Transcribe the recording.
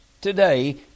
today